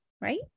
right